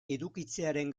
edukitzearen